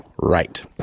Right